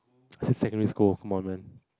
I said secondary school of Mormon